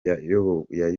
yayobowe